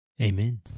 Amen